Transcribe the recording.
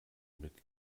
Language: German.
mit